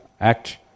act